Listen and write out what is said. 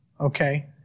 okay